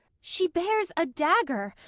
she bears a dagger,